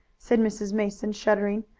said mrs. mason, shuddering.